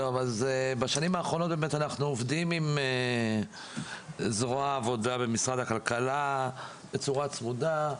בשנים האחרונות אנחנו עובדים עם זרוע העבודה במשרד הכלכלה בצורה צמודה.